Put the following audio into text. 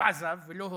הוא עזב ולא הועזב.